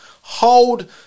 hold